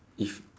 if